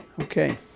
Okay